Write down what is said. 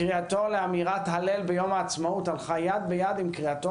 קריאתו לאמירת הלל ביום העצמאות הלכה יד ביד עם קריאתו